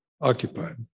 occupied